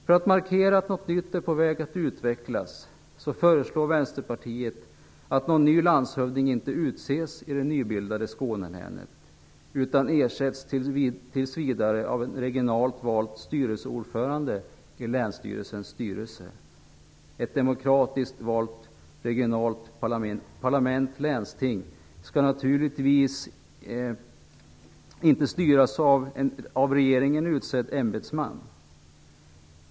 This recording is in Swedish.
För att markera att något nytt är på väg att utvecklas föreslår Vänsterpartiet att någon ny landshövding inte utses i det nybildade Skånelänet utan tills vidare ersätts av en regionalt vald styrelseordförande i länsstyrelsens styrelse. Ett demokratiskt valt regionalt parlament, länsting, skall naturligtvis inte styras av en av regeringen utsedd ämbetsman.